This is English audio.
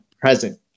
present